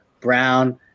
brown